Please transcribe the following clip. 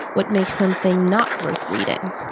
what makes something not worth reading?